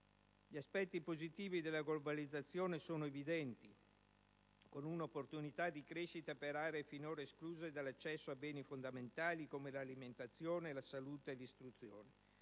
Gli aspetti positivi della globalizzazione sono evidenti, con opportunità di crescita per aree finora escluse dall'accesso a beni fondamentali come l'alimentazione, la salute e l'istruzione.